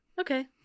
okay